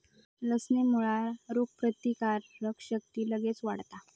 लसणेमुळा रोगप्रतिकारक शक्ती लगेच वाढता